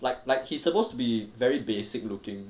like like he supposed to be very basic looking